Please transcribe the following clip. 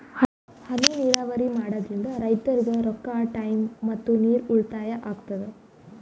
ಹನಿ ನೀರಾವರಿ ಮಾಡಾದ್ರಿಂದ್ ರೈತರಿಗ್ ರೊಕ್ಕಾ ಟೈಮ್ ಮತ್ತ ನೀರ್ ಉಳ್ತಾಯಾ ಆಗ್ತದಾ